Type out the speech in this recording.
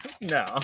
No